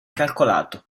calcolato